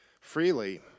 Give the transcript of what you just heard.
freely